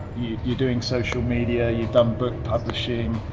you're doing social media, you've done book publishing.